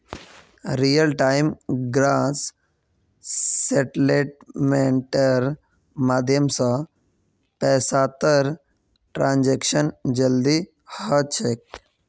real time gross सेटलमेंटेर माध्यम स पैसातर ट्रांसैक्शन जल्दी ह छेक